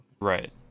Right